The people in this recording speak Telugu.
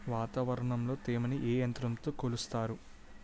వాతావరణంలో తేమని ఏ యంత్రంతో కొలుస్తారు?